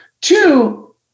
Two